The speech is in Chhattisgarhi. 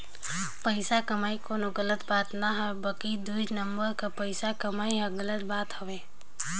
पइसा कमई कोनो गलत बात ना हे बकि दुई नंबर कर पइसा कमई हर गलत बात हवे